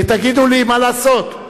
תגידו לי מה לעשות.